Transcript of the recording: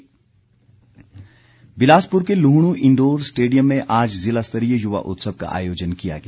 युवा उत्सव बिलासपुर के लुहण् इंडोर स्टेडियम में आज जिला स्तरीय युवा उत्सव का आयोजन किया गया